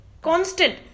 Constant